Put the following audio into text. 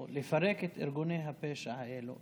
או לפרק את ארגוני הפשע האלה,